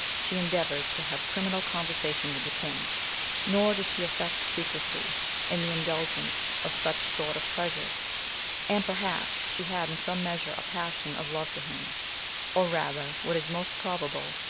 she endeavored to have criminal conversation with the king nor did she affect secrecy in the indulgence of such sort of pleasures and perhaps she had in some measure a passion of love to him or rather, what is most probable,